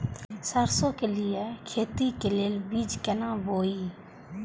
सरसों के लिए खेती के लेल बीज केना बोई?